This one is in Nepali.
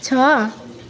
छ